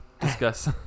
discuss